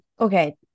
okay